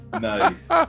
Nice